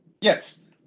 Yes